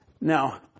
Now